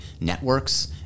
networks